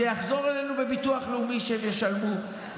אך זה יחזור אלינו בביטוח לאומי שהם ישלמו,